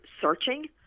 searching